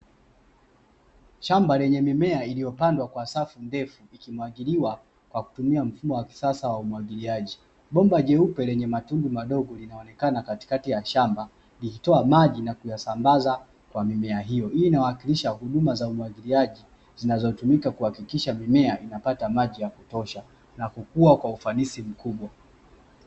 Shamba lenye mimea iliyopandwa kwa safu ndefu Ikimwagiliwa kwa kutumia mfumo wa kisasa wa umwagiliaji, bomba jeupe lenye matundu madogo linaonekana katikati ya shamba likitoa maji na kuyasambaza kwa mimea hiyo, hii inawakilisha huduma za umwagiliaji zinazotumika kuhakikisha mimea inapata maji ya kutosha na kukua kwa ufanisi mkubwa.